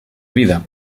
vida